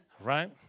Right